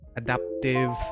adaptive